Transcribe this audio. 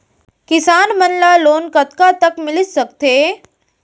किसान मन ला लोन कतका तक मिलिस सकथे?